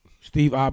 Steve